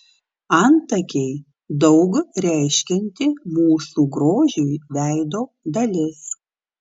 antakiai daug reiškianti mūsų grožiui veido dalis